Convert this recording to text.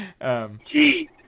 Jeez